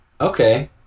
Okay